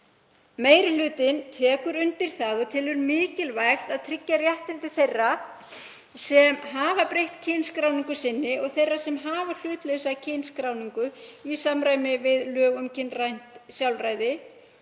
Meiri hlutinn tekur undir það og telur mikilvægt að tryggja réttindi þeirra sem hafa breytt kynskráningu sinni og þeirra sem hafa hlutlausa kynskráningu í samræmi við lög um kynrænt sjálfræði.